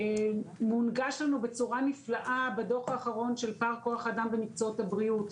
ומונגש לנו בצורה נפלאה בדו"ח האחרון של פער כוח האדם ומקצועות הבריאות,